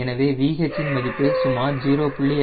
எனவே VH இன் மதிப்பு சுமார் 0